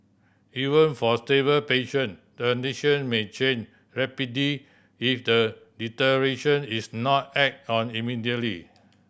even for stable patient their condition may change rapidly if the deterioration is not act on immediately